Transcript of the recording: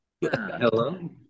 Hello